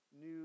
new